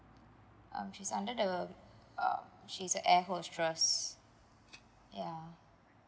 um she's under the um she's a air hostess ya